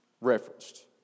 referenced